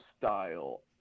style